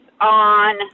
on